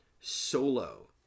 Solo